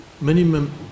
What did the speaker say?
minimum